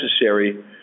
necessary